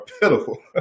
pitiful